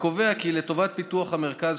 וקובעת כי לטובת פיתוח המרכז,